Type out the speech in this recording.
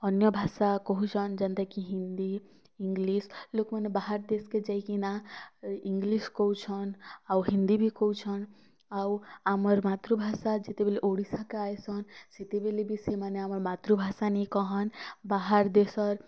ଅନ୍ୟ ଭାଷା କହୁଛନ୍ ଯେନ୍ତା କି ହିନ୍ଦୀ ଇଂଲିଶ ଲୋକମାନେ ବାହାର୍ ଦେଶ କେ ଯାଇକିନା ଇଂଲିଶ କହୁଛନ୍ ଆଉ ହିନ୍ଦୀ ବି କହୁଛନ୍ ଆଉ ଆମର୍ ମାତୃଭାଷା ଯେତେବେଲେ ଓଡ଼ିଶା କେ ଆଏସନ୍ ସେତେବେଲେ ବି ସେମାନେ ଆମ ମାତୃଭାଷା ନେଇ କହନ୍ ବାହାର୍ ଦେଶର୍